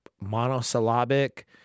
monosyllabic